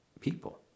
people